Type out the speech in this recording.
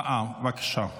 הצבעה, בבקשה.